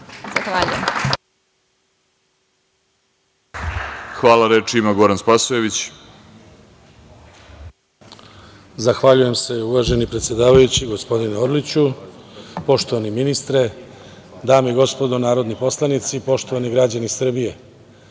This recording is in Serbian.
Spasojević. **Goran Spasojević** Zahvaljujem se uvaženi predsedavajući, gospodine Orliću, poštovani ministre, dame i gospodo narodni poslanici, poštovani građani Srbije. Danas